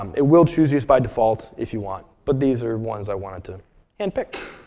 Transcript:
um it will choose these by default, if you want. but these are ones i wanted to hand pick.